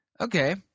Okay